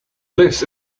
lives